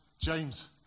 James